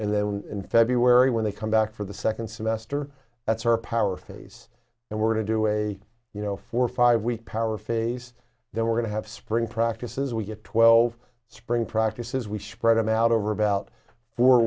and then in february when they come back for the second semester that's her power phase and we're to do a you know four or five week power face then we're going to have spring practices we get twelve spring practices we spread them out over about four